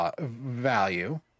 value